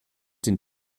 den